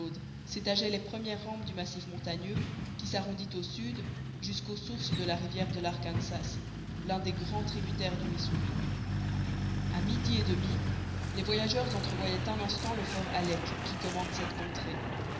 s'étageaient les premières rampes du massif montagneux qui s'arrondit au sud jusqu'aux sources de la rivière de l'arkansas l'un des grands tributaires du missouri a midi et demi les voyageurs entrevoyaient un instant le fort halleck qui commande cette contrée